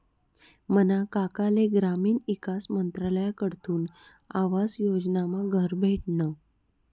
मना काकाले ग्रामीण ईकास मंत्रालयकडथून आवास योजनामा घर भेटनं